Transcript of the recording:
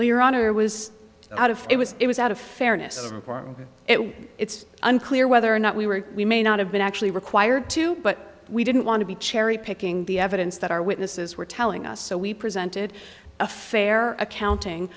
but your honor was out of it was it was out of fairness it was it's unclear whether or not we were we may not have been actually required to but we didn't want to be cherry picking the evidence that our witnesses were telling us so we presented a fair accounting